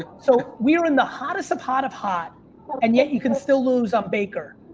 ah so we are in the hottest of hot of hot and yet you can still lose on baker.